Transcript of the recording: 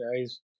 guys